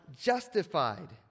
justified